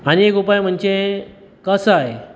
आनीक एक उपाय म्हणजे कसाय